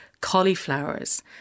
cauliflowers